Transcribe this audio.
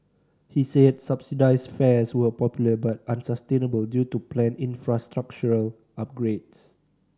he said subsidised fares were popular but unsustainable due to planned infrastructural upgrades